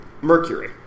Mercury